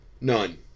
None